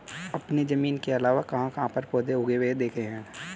आपने जमीन के अलावा कहाँ कहाँ पर पौधे उगे हुए देखे हैं?